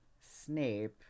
snape